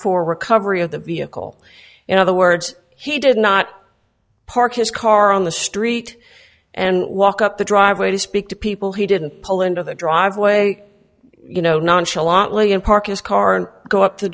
for recovery of the vehicle in other words he did not park his car on the street and walk up the driveway to speak to people he didn't pull into the driveway you know nonchalantly and park his car and go up to